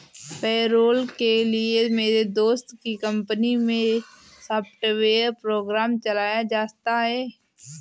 payroll के लिए मेरे दोस्त की कंपनी मै सॉफ्टवेयर प्रोग्राम चलाया जाता है